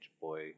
boy